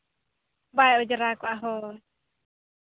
ᱵᱟᱭ ᱚᱸᱡᱽᱨᱟ ᱠᱚᱜᱼᱟ ᱦᱳᱭ